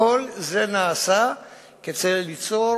כל זה נעשה כדי ליצור